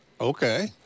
Okay